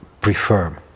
prefer